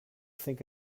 think